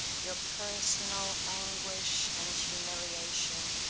your personal anguish and humiliation,